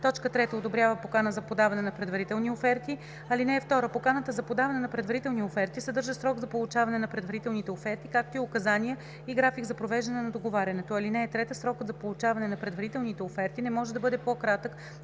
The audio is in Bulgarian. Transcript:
3. одобрява покана за подаване на предварителни оферти. (2) Поканата за подаване на предварителни оферти съдържа срок за получаване на предварителните оферти, както и указания и график за провеждане на договарянето. (3) Срокът за получаване на предварителните оферти не може да бъде по-кратък